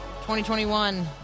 2021